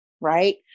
right